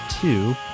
two